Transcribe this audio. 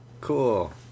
cool